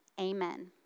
Amen